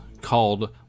called